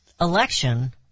election